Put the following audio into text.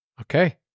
Okay